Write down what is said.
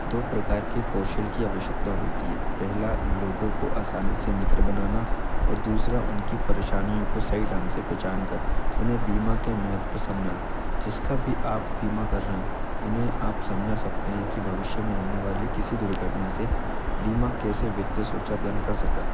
दो प्रकार के कौशल की आवश्यकता होती है पहला लोगों को आसानी से मित्र बनाना और दूसरा उनकी परेशानियों को सही ढंग से पहचान कर उन्हें बीमा के महत्व को समझाना जिसका भी आप बीमा कर रहें उन्हें आप समझा सकते हैं कि भविष्य में होने वाली किसी दुर्घटना से बीमा कैसे वित्त सुरक्षा प्रदान कर सकता